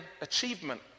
achievement